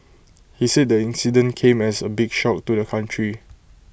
he said the incident came as A big shock to the country